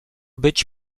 być